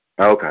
Okay